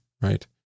Right